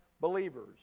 believers